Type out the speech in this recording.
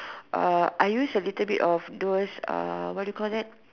uh I use a little bit of those uh what do you call that